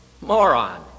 Moron